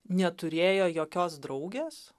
neturėjo jokios draugės